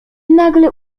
nagle